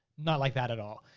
not like that at all.